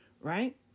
Right